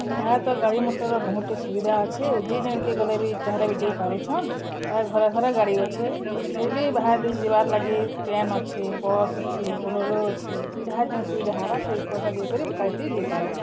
ଏହା ତ ଗାଡ଼ି ମଟର୍ର ବହୁତ୍ଟେ ସୁବିଧା ଅଛେ ଯେ ଯେନ୍କେ ଗଲେ ବି ଚାହେଁଲେ ବି ଯାଇପାରୁଛନ୍ ପ୍ରାୟ ଘରେ ଘରେ ଗାଡ଼ି ଅଛେ ଫେର୍ ବି ବାହାର୍ ଦେଶ୍ ଯିବାର୍ ଲାଗି ଟ୍ରେନ୍ ଅଛେ ବସ୍ ଅଛେ ବୋଲୋରୋ ଅଛେ ଯାହାର୍ ଯେନ୍ ସୁବିଧା ହେବା ସେ ପଇସା ଦେଇକରି ଗାଡ଼ିତି ଯାଇପାର୍ବା